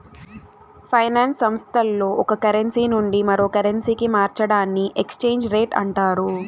finance సంస్థల్లో ఒక currency నుండి మరో కరెన్సీకి మార్చడాన్ని ఎక్స్చేంజ్ రేట్ అంటారు